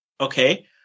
Okay